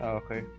okay